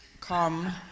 come